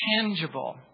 tangible